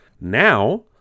Now